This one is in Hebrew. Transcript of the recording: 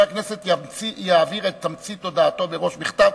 חבר הכנסת יעביר את תמצית ההודעות בראש בכתב.